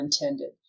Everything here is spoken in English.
intended